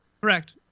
Correct